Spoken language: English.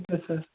okay sir